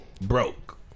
broke